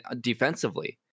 defensively